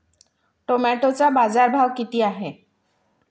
टोमॅटोचा बाजारभाव किती आहे?